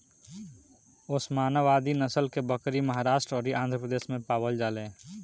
ओस्मानावादी नसल के बकरी महाराष्ट्र अउरी आंध्रप्रदेश में पावल जाले